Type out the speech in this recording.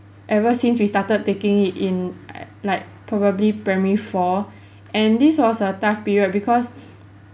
ever since we started taking it in like probably primary four and this was a tough period because